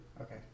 Okay